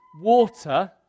water